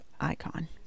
icon